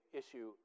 issue